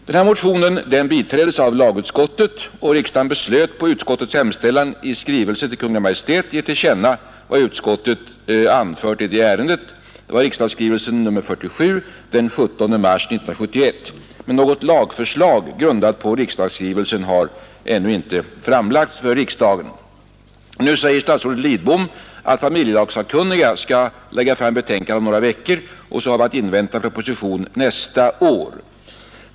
Denna motion biträddes av lagutskottet, och riksdagen beslöt på utskottets hemställan att i skrivelse till Kungl. Maj:t ge till känna vad utskottet anfört i ärendet — det var riksdagsskrivelsen nr 47 den 17 mars 1971. Men något lagförslag grundat på riksdagsskrivelsen har ännu inte framlagts för riksdagen. Statsrådet Lidbom säger att familjelagssakkunniga skall lägga fram betänkande om några veckor och att vi har att invänta proposition nästa år.